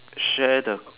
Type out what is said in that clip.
share the